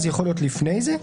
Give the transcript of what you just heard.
יכול להיות לפני זה.